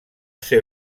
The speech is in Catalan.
ser